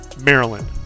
Maryland